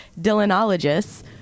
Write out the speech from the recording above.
Dylanologists